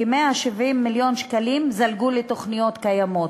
כ-170 מיליון שקלים זלגו לתוכניות קיימות,